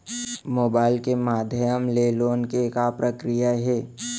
Mobile के माधयम ले लोन के का प्रक्रिया हे?